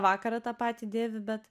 vakarą tą patį dėvi bet